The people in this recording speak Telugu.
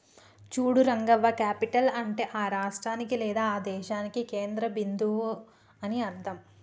చూడు రంగవ్వ క్యాపిటల్ అంటే ఆ రాష్ట్రానికి లేదా దేశానికి కేంద్ర బిందువు అని అర్థం